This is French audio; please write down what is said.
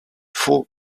faux